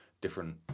different